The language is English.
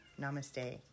Namaste